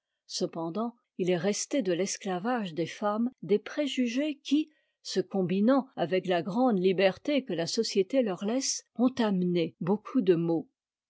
cependant il est resté de l'esclavage des femmes des préjugés qui se combinant avec la grande liberté que la société leur laisse ont amené beaucoup de maux